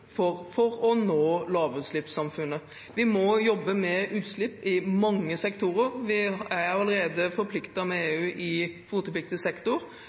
samfunn for å nå lavutslippssamfunnet. Vi må jobbe med utslipp i mange sektorer. Vi er allerede forpliktet med EU i kvotepliktig sektor.